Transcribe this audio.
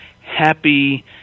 happy